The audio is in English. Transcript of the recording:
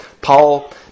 Paul